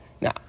Now